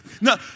No